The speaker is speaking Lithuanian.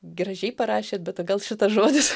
gražiai parašėt bet gal šitas žodis